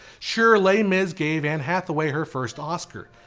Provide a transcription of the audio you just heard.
sure les mis gave anne hathaway her first oscar,